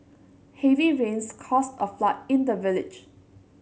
heavy rains caused a flood in the village